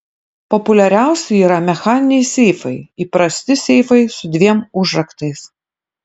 populiariausi yra mechaniniai seifai įprasti seifai su dviem užraktais